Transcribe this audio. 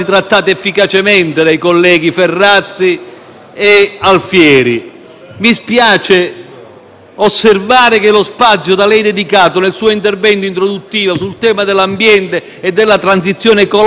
osservare che lo spazio da lei dedicato nel suo intervento introduttivo al tema dell'ambiente e della transizione ecologica ed energetica non sia andato oltre i dieci